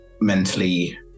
mentally